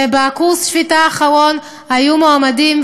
ובקורס השפיטה האחרון היו מועמדים,